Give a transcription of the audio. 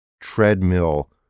treadmill